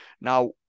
now